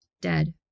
Dead